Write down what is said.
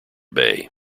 bay